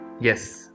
yes